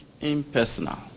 impersonal